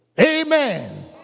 Amen